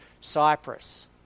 Cyprus